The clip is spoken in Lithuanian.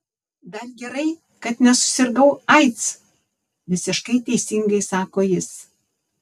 dar gerai kad nesusirgau aids visiškai teisingai sako jis